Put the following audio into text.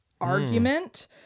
argument